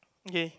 okay